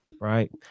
Right